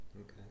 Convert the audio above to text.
Okay